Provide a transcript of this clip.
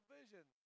vision